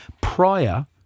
prior